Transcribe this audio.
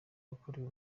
yakorewe